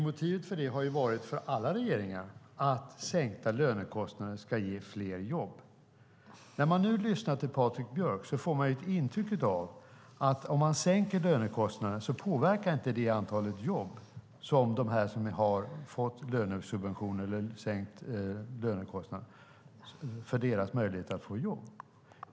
Motivet för det har för alla regeringar varit att sänkta lönekostnader ska ge fler jobb. När man nu lyssnar till Patrik Björck får man intrycket att om vi sänker lönekostnaden påverkar det inte antalet jobb, alltså möjligheter för dem som fått lönesubvention eller sänkt lönekostnad att få jobb.